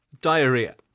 Diarrhea